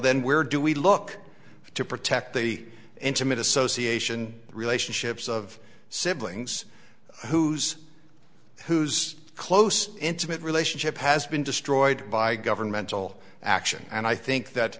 then where do we look to protect the intimate association relationships of siblings whose who's close intimate relationship has been destroyed by governmental action and i think that